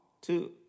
two